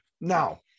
Now